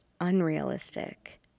unrealistic